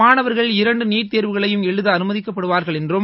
மாணவர்கள் இரண்டு நீட் தேர்வுகளையும் எழுத அனுமதிக்கப்படுவார்கள் என்றும்